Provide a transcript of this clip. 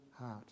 heart